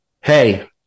hey